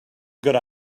good